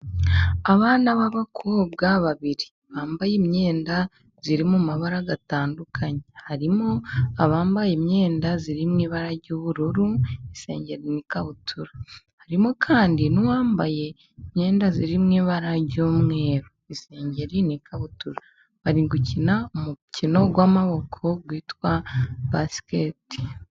Abana b'abakobwa babiri, bambaye imyenda iri mu mabara atandukanye, harimo abambaye imyenda, irimo ibara ry'ubururu, isengeri n'ikabutura, harimo kandi n'uwambaye imyenda, irimo ibara ry'umweru, isengeri n'ikabutura, bari gukina umukino w'amaboko, witwa basikete.